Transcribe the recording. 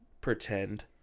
pretend